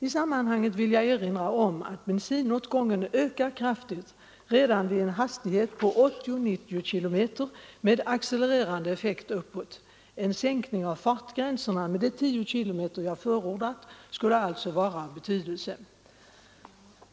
I sammanhanget vill jag erinra om att bensinåtgången ökar kraftigt redan vid en hastighet på 80—90 km tim som jag förordat skulle alltså vara av betydelse.